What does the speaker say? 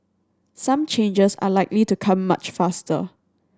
some changes are likely to come much faster